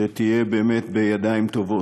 שתהיה באמת בידיים טובות,